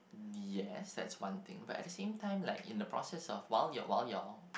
yes that's one thing but at the same time like in the process of while you're while you're